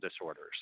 disorders